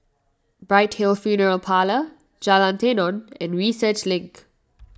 Bright Hill Funeral Parlour Jalan Tenon and Research Link